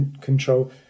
control